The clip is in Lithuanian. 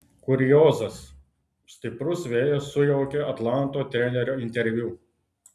kuriozas stiprus vėjas sujaukė atlanto trenerio interviu